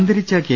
അന്തരിച്ച കെ